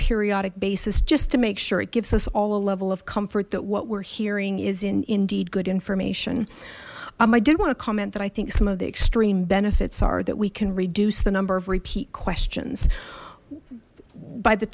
periodic basis just to make sure it gives us all a level of comfort that what we're hearing is in indeed good information i did want to comment that i think some of the extreme benefits are that we can reduce the number of repeat questions by the